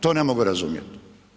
To ne mogu razumjet.